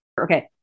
Okay